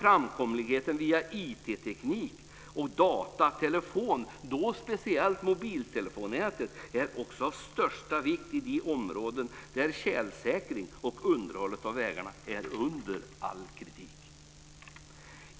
Framkomligheten via IT, data och telefon - speciellt då mobiltelefonnätet - är också av största vikt i de områden där tjälsäkring och underhåll av vägarna är under all kritik.